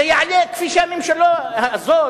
זה יעלה כפי שהממשלה הזאת,